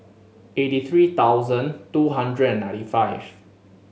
eighty three thousand two hundred and ninety five